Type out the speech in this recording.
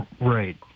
Right